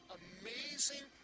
amazing